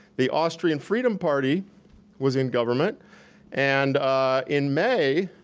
the austrian freedom party was in government and in may,